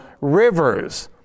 rivers